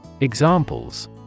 Examples